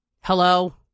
Hello